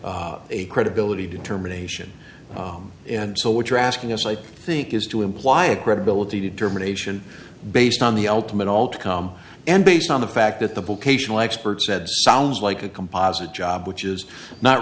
a credibility determination and so what you're asking us i think is to imply a credibility determination based on the ultimate all to come and based on the fact that the book ational expert said sounds like a composite job which is not